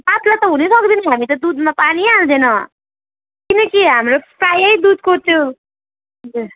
पातलो त हुनै सक्दैन हामी त दुधमा पानी हाल्दैनौँ किनकि हाम्रो प्रायः दुधको त्यो ए